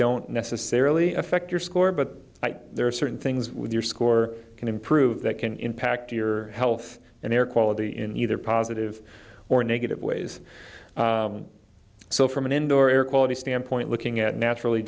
don't necessarily affect your score but there are certain things with your score can improve that can impact your health and their quality in either positive or negative ways so from an indoor air quality standpoint looking at naturally